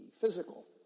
physical